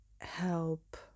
help